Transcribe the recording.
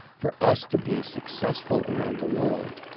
for us to be successful around the world,